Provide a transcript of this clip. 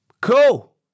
Cool